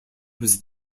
was